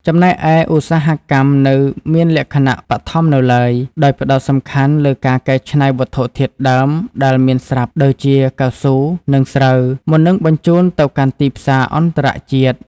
ចំណែកឯឧស្សាហកម្មនៅមានលក្ខណៈបឋមនៅឡើយ ដោយផ្តោតសំខាន់លើការកែច្នៃវត្ថុធាតុដើមដែលមានស្រាប់ ដូចជាកៅស៊ូ និងស្រូវ មុននឹងបញ្ជូនទៅកាន់ទីផ្សារអន្តរជាតិ។